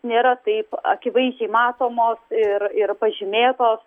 nėra taip akivaizdžiai matomos ir ir pažymėtos